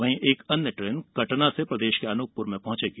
वहीं एक अन्य ट्रेन कटरा से प्रदेश के अनूपपुर पहॅचेंगी